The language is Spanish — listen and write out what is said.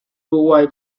uruguay